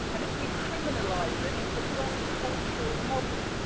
and if we criminalize them, it's the wrong cultural model.